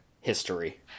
history